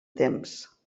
temps